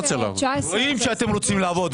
רואים שאתם רוצים לעבוד.